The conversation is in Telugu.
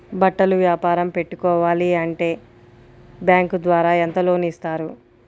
బట్టలు వ్యాపారం పెట్టుకోవాలి అంటే బ్యాంకు ద్వారా ఎంత లోన్ ఇస్తారు?